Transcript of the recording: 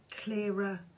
clearer